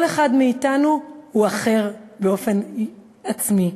כל אחד מאתנו הוא אחר באופן עצמי.